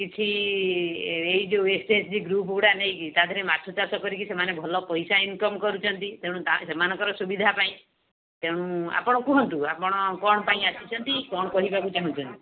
କିଛିି ଏଇ ଯେଉଁ S H G group ଗୁଡ଼ାକ ନେଇକି ତା ଦେହରେ ମାଛ ଚାଷ କରିକି ସେମାନେ ଭଲ ପଇସା ଇନକମ୍ କରୁଛନ୍ତି ତେଣୁ ସେମାନଙ୍କର ସୁବିଧାପାଇଁ ତେଣୁ ଆପଣ କୁହନ୍ତୁ ଆପଣ କଣ ପାଇଁ ଆସିଛନ୍ତି କଣ କହିବାକୁ ଚାହୁଁଛନ୍ତି